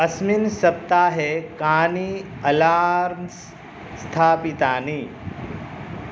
अस्मिन् सप्ताहे कानि अलार्म्स् स्थापितानि